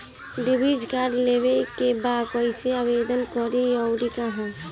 Debit card लेवे के बा कइसे आवेदन करी अउर कहाँ?